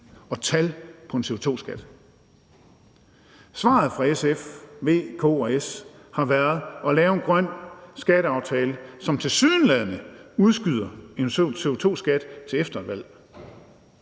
og tal på en CO2-skat. Svaret fra SF, V, KF og S har været at lave en grøn skatteaftale, som tilsyneladende udskyder en CO2-skat til efter et valg.